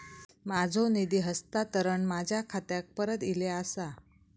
माझो निधी हस्तांतरण माझ्या खात्याक परत इले आसा